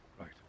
Right